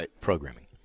programming